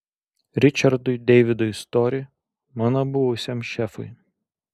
ričardui deividui stori mano buvusiam šefui